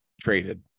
traded